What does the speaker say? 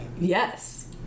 Yes